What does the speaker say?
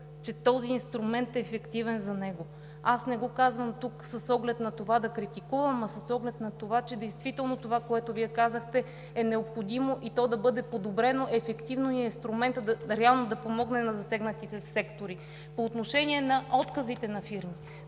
че този инструмент е ефективен за него. Аз не го казвам тук с оглед на това да критикувам, а с оглед на това, че действително това, което Вие казахте, е необходимо да бъде подобрено ефективно и инструментът реално да помогне на засегнатите сектори. По отношение на отказите на фирми.